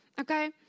Okay